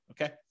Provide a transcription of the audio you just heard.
Okay